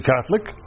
Catholic